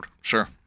Sure